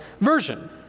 version